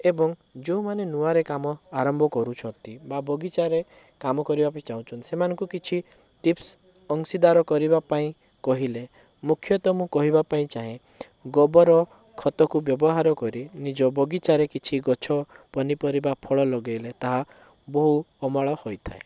ଏବଂ ଯଉଁମାନେ ନୂଆରେ କାମ ଆରମ୍ଭ କରୁଛନ୍ତି ବା ବଗିଚାରେ କାମ କରିବା ପାଇଁ ଚାହୁଁଛନ୍ତି ସେମାନଙ୍କୁ କିଛି ଟିପ୍ସ ଅଂଶୀଦାର କରିବା ପାଇଁ କହିଲେ ମୁଖ୍ୟତଃ ମୁଁ କହିବା ପାଇଁ ଚାହେଁ ଗୋବର ଖତକୁ ବ୍ୟବହାର କରି ନିଜ ବଗିଚାରେ କିଛି ଗଛ ପନପରିବା ଫଳ ଲଗେଇଲେ ତାହା ବହୁ ଅମଳ ହୋଇଥାଏ